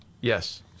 Yes